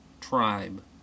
tribe